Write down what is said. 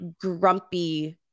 grumpy